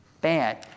bad